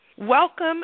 Welcome